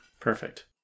Perfect